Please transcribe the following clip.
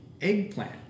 eggplant